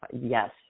Yes